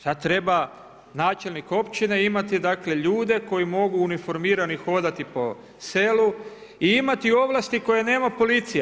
Sad treba načelnik općine imati, dakle ljude koji mogu uniformirani hodati po selu i imati ovlasti koje nema policija.